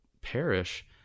perish